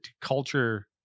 culture